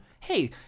Hey